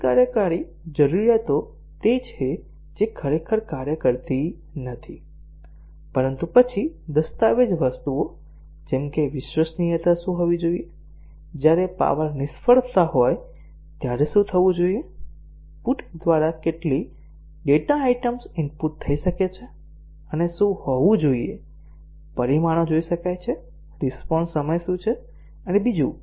બિન કાર્યકારી જરૂરિયાતો તે છે જે ખરેખર કાર્ય કરતી નથી પરંતુ પછી દસ્તાવેજ વસ્તુઓ જેમ કે વિશ્વસનીયતા શું હોવી જોઈએ જ્યારે પાવર નિષ્ફળતા હોય ત્યારે શું થવું જોઈએ પુટ દ્વારા કેટલી ડેટા આઇટમ્સ ઇનપુટ થઈ શકે છે અને શું હોવું જોઈએ પરિણામો જોઈ શકાય છે રિસ્પોન્સ સમય શું છે અને બીજું